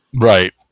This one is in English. Right